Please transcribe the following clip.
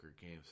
games